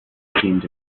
seemed